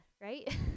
right